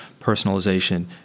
personalization